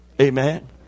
Amen